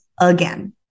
again